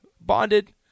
bonded